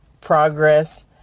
progress